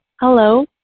hello